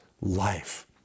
life